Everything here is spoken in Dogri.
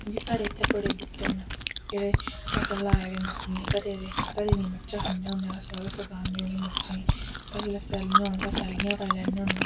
इ'यां साढ़े इत्थें बड़े बूह्टे न जेह्ड़े असें लाए दे न अपने घरै दे घरै दियां मर्चां खन्ने होन्ने अस मतलब सकान्ने होन्ने मर्चें गी ते जिसलै सैल्लियां होन ते सैल्लियां गै पाई लैन्ने होन्ने